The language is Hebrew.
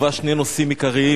ובה שני נושאים עיקריים.